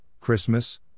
Christmas